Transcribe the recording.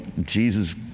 Jesus